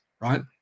Right